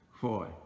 Boy